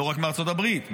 לא רק מארצות הברית,